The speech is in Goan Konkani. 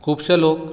खुबशे लोक